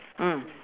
mm